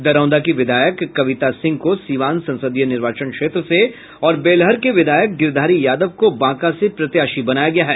दरौंधा की विधायक कविता सिंह को सिवान संसदीय निर्वाचन क्षेत्र से और बेलहर के विधायक गिरिधारी यादव को बांका से प्रत्याशी बनाया गया है